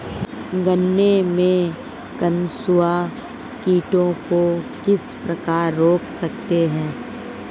गन्ने में कंसुआ कीटों को किस प्रकार रोक सकते हैं?